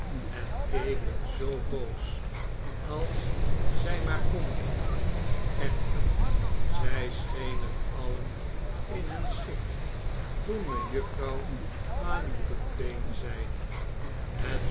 en keken zoo boos als zij maar konden echter zg schenen alien in hun schik toen mejuffrouw alicumpaine zeide